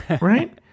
Right